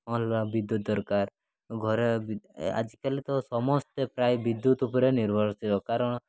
ଅଲଗା ବିଦ୍ୟୁତ୍ ଦରକାର ଘରେ ଆଜିକାଲି ତ ସମସ୍ତେ ପ୍ରାୟ ବିଦ୍ୟୁତ୍ ଉପରେ ନିର୍ଭରଶୀଳ କାରଣ